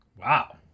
Wow